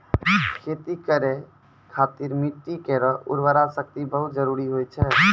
खेती करै खातिर मिट्टी केरो उर्वरा शक्ति बहुत जरूरी होय छै